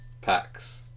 packs